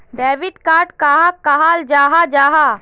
Debit card कहाक कहाल जाहा जाहा?